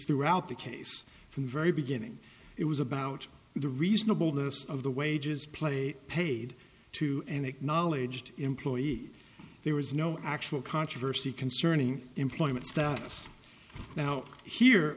throughout the case from the very beginning it was about the reasonable this of the wages plate paid to an acknowledged employee there was no actual controversy concerning employment status now here